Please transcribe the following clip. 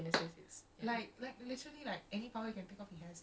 I thought I thought you were gonna say set stuff on fire remotely because that